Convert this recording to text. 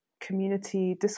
community